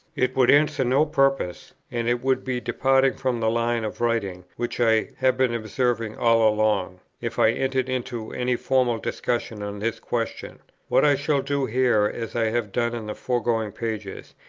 it would answer no purpose, and it would be departing from the line of writing which i have been observing all along, if i entered into any formal discussion on this question what i shall do here, as i have done in the foregoing pages,